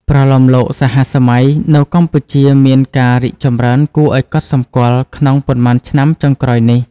ប្រលោមលោកសហសម័យនៅកម្ពុជាមានការរីកចម្រើនគួរឲ្យកត់សម្គាល់ក្នុងប៉ុន្មានឆ្នាំចុងក្រោយនេះ។